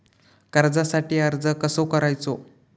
कर्जासाठी अर्ज कसो करायचो?